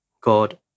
God